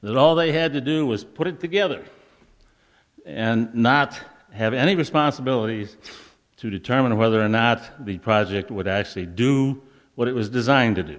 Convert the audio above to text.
that all they had to do was put it together and not have any responsibility to determine whether or not the project would actually do what it was designed to do